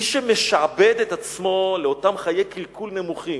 מי שמשעבד את עצמו לאותם חיי קלקול נמוכים,